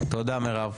תודה מירב.